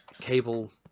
cable